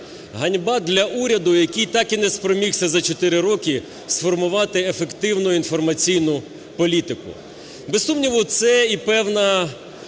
Ганьба для уряду, який так і не спромігся за чотири роки сформувати ефективну інформаційну політику. Без сумніву, це і певна